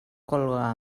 colga